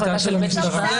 יש לו החלטה של בית משפט.